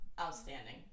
outstanding